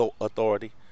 authority